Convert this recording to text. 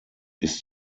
ist